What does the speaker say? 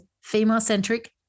female-centric